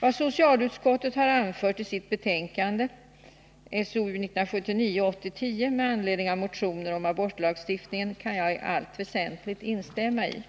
Vad socialutskottet har anfört i sitt betänkande SoU 1979/80:10 med anledning av motioner om abortlagstiftningen kan jag i allt väsentligt 147 instämma i.